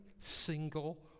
single